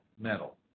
metal